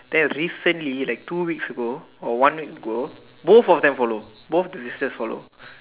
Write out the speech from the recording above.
then recently like two weeks ago or one week ago both of them follow both the sisters follow